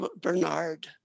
Bernard